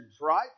right